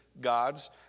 God's